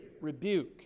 Rebuke